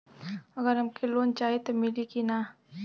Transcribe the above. अगर हमके लोन चाही त मिली की ना?